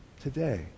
today